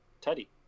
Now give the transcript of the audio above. Teddy